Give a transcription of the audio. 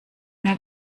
mehr